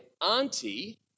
auntie